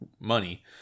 money